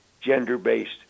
gender-based